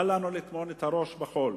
אל לנו לטמון את הראש בחול.